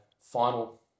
final